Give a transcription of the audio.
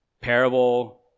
parable